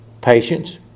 patience